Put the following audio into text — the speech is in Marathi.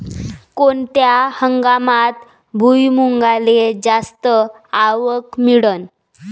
कोनत्या हंगामात भुईमुंगाले जास्त आवक मिळन?